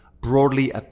broadly